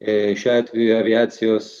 jei šiuo atveju aviacijos